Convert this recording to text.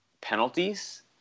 penalties